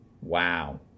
Wow